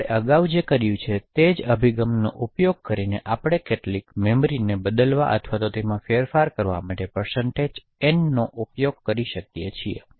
તેથી આપણે અગાઉ જે કર્યું છે તે જ અભિગમનો ઉપયોગ કરીને આપણે કેટલીક મનસ્વી મેમરીને બદલવા અથવા તેમાં ફેરફાર કરવા માટે n નો ઉપયોગ કરી શકીએ છીએ